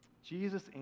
Jesus